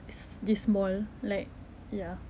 it's this small like ya